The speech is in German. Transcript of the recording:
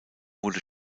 wurde